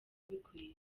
bikwiye